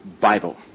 Bible